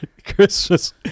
Christmas